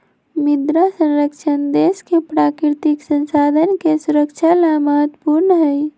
मृदा संरक्षण देश के प्राकृतिक संसाधन के सुरक्षा ला महत्वपूर्ण हई